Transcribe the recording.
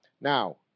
Now